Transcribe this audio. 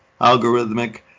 algorithmic